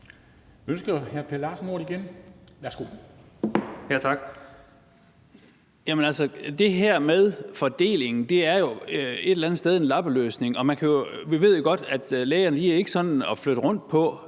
Ønsker hr. Per Larsen ordet igen? Værsgo. Kl. 10:41 Per Larsen (KF): Tak. Jamen det her med fordelingen er jo et eller andet sted en lappeløsning, og vi ved jo godt, at læger ikke er sådan at flytte rundt på.